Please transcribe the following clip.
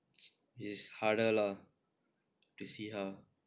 is harder lah to see her